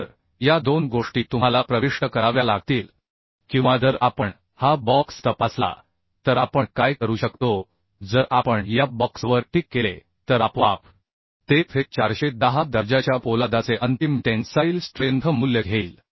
तर या दोन गोष्टी तुम्हाला प्रविष्ट कराव्या लागतील किंवा जर आपण हा बॉक्स तपासला तर आपण काय करू शकतो जर आपण या बॉक्सवर टिक केले तर आपोआप ते Fe 410 दर्जाच्या पोलादाचे अंतिम टेन्साईल स्ट्रेंथ मूल्य घेईल